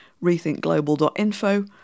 rethinkglobal.info